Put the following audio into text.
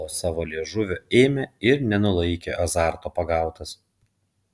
o savo liežuvio ėmė ir nenulaikė azarto pagautas